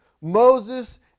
Moses